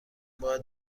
باید